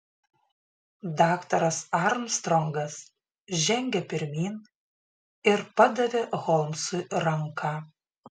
daktaras armstrongas žengė pirmyn ir padavė holmsui ranką